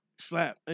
slap